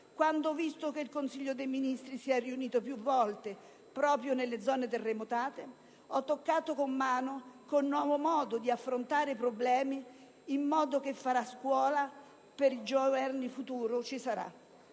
all'Aquila, che il Consiglio dei ministri si è riunito più volte proprio nelle zone terremotate, ho toccato con mano questo nuovo modo di affrontare i problemi, un modo che farà scuola per il futuro a